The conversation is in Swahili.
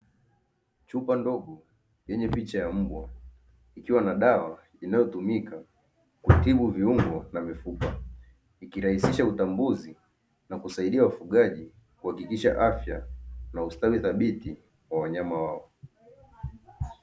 Chupa ndogo yenye picha ya mbwa ikiwa na dawa inayotumika kuwatibu viungo vya mifupa, ikirahisisha utambuzi na kusaidia mfugaji kuhakikisha afya na ustadi thabiti wa wanyama wao.